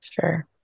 Sure